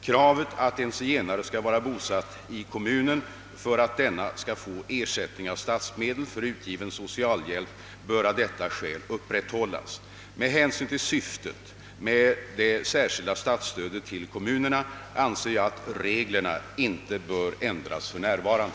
Kravet att en zigenare skall vara bosatt i kommunen för att denna skall få ersättning av statsmedel för utgiven socialhjälp bör av detta skäl upprätthållas. Med hänsyn till syftet med det särskilda statsstödet till kommunerna anser jag att reglerna inte bör ändras för närvarande.